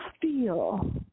feel